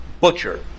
Butcher